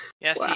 Yes